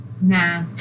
Nah